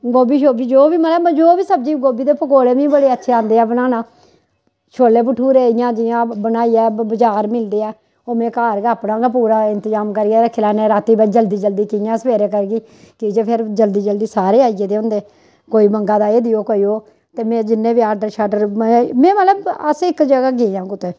गोभी शोभी जो बी मतलब जो बी सब्जी गोभी दे पकौड़े बी बड़े अच्छे आंदे ऐ बनाना छोल्ले भठूरे इ'यां जि'यां बनाइये बजार मिलदे ऐ ओह् में घर गै अपना गै पूरा इंतजाम करिये रखी लैन्ने रातीं जल्दी जल्दी कि'यां सबैह्रे करगी की जे फिर जल्दी जल्दी सारे आई गेदे होंदे कोई मंग्गा दा एह् देओ कोई ओह् ते में जि'न्ने बी ऑर्डर शॉर्डर में मतलब अस इक जगह गे आं कुतै